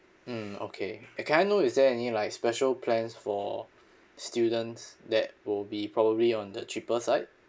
mm okay and can I know is there any like special plans for students that will be probably on the cheaper side